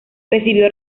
recibió